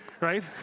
Right